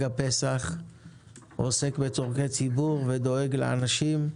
הפסח עוסק בצרכי ציבור ודואג לאנשים.